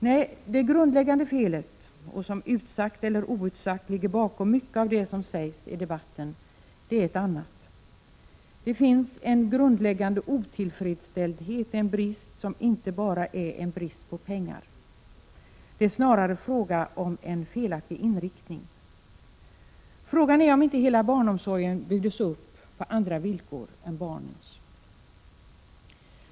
Nej, det grundläggande felet, som utsagt eller outsagt ligger bakom mycket av det som sägs i debatten, är ett annat. Det finns en fundamental otillfredsställdhet, en brist som inte bara är en brist på pengar. Det är snarare fråga om en felaktig inriktning. Frågan är om inte hela barnomsorgen byggdes upp på andra villkor än barnens.